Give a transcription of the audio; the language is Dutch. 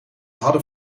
hadden